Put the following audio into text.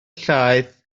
llaeth